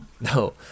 no